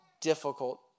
difficult